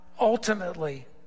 ultimately